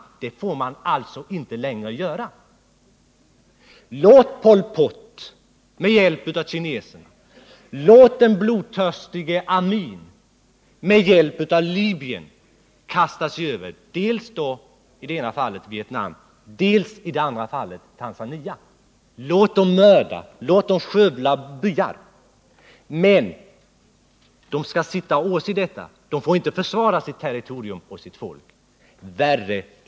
Sådant får man alltså inte längre göra. Låt Pol Pot med hjälp av kineserna, låt den blodtörstige Amin med hjälp av Libyen kasta sig över i ena fallet Vietnam och i det andra fallet Tanzania. Låt inkräktarna mörda, låt dem skövla byar. De angripna skall sitta och åse detta utan att försvara sig.